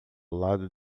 lado